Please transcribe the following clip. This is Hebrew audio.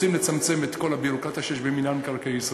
רוצים לצמצם את כל הביורוקרטיה שיש במינהל מקרקעי ישראל,